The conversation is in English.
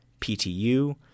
PTU